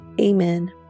Amen